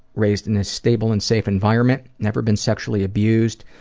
raised in a stable and safe environment. never been sexually abused,